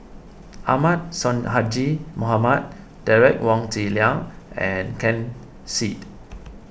Ahmad Sonhadji Mohamad Derek Wong Zi Liang and Ken Seet